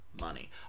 money